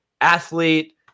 athlete